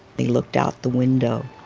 they looked out the window.